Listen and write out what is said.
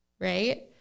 right